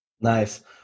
Nice